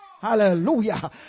hallelujah